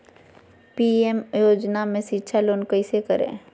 PM योजना में शिक्षा लोन कैसे करें?